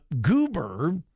Goober